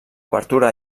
obertura